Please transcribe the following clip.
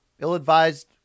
ill-advised